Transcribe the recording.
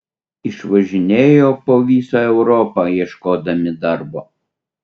išvažinėjo po visą europą ieškodami darbo